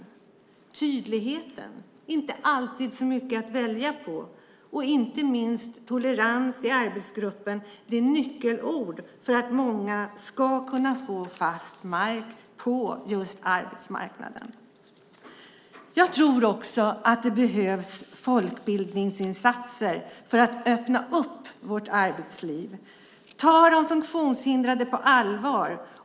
Det handlar om tydlighet, inte alltid så mycket att välja på och inte minst tolerans i arbetsgruppen. Det är nyckelord för att många ska kunna få fast mark på just arbetsmarknaden. Jag tror också att det behövs folkbildningsinsatser för att öppna upp vårt arbetsliv. Ta de funktionshindrade på allvar!